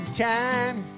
time